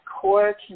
core